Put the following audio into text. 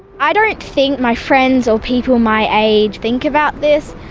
i don't think my friends or people my age think about this.